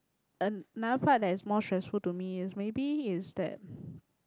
another part that is more stressful to me is maybe is that